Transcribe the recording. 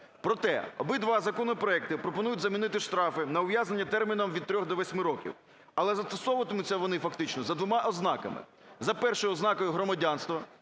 Проте обидва законопроекти пропонують замінити штрафи на ув'язнення терміном від 3 до 8 років, але застосовуватиметься вони фактично за двома ознаками. За першою ознакою громадянства,